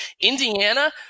Indiana